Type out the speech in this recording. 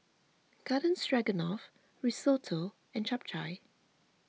Garden Stroganoff Risotto and Japchae